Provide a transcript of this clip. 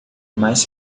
mais